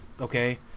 Okay